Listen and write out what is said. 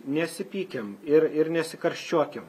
nesipykim ir ir nesikarščiuokim